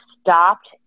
stopped